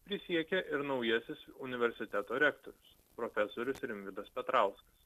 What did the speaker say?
prisiekė ir naujasis universiteto rektorius profesorius rimvydas petrauskas